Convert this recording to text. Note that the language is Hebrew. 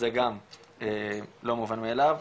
זה גם לא מובן מאליו,